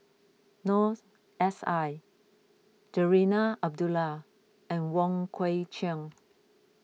Noor S I Zarinah Abdullah and Wong Kwei Cheong